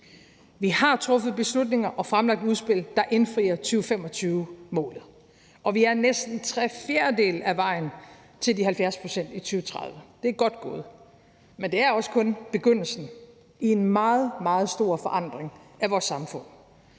Vi har truffet beslutninger og fremlagt udspil, der indfrier 2025-målet, og vi er næsten tre fjerdedele af vejen til de 70 procent i 2030. Det er godt gået. Men det er også kun begyndelsen på en meget, meget stor forandring af vores samfund.